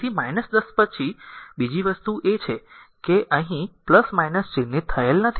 તેથી 10 પછી બીજી વસ્તુ એ છે કે અહીં ચિહ્નિત થયેલ નથી